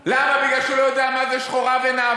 למה, כי הוא לא יודע מה זאת שחורה ונאווה?